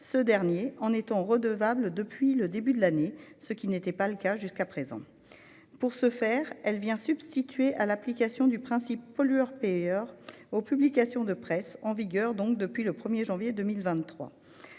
ce dernier en étant redevable depuis le début de l'année, ce n'était pas le cas jusqu'à présent. Pour ce faire, elle vient substituer à l'application du principe pollueur-payeur aux publications de presse- en vigueur depuis le 1 janvier 2023,